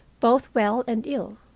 both well and ill.